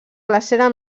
glacera